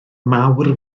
mawr